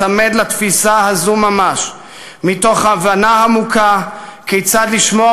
להיצמד לתפיסה הזאת מתוך הבנה עמוקה כיצד לשמור